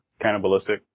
Cannibalistic